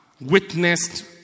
witnessed